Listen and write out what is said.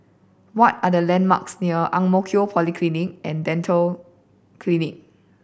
what are the landmarks near Ang Mo Kio Polyclinic and Dental Clinic